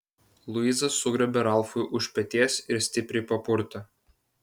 luiza sugriebė ralfui už peties ir stipriai papurtė